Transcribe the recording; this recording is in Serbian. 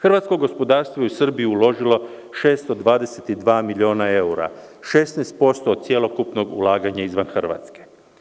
Hrvatsko gospodarstvo je u Srbiji uložilo 622 miliona evra, 16% od celokupnog ulaganja izvan Hrvatske.